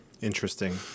Interesting